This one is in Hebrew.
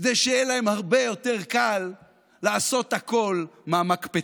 כדי שיהיה להם הרבה יותר קל לעשות הכול מהמקפצה.